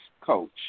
coach